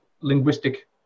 linguistic